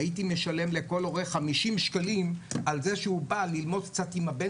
והייתי משלם לכל הורה 50 שקלים על זה שהוא בא ללמוד קצת עם הבן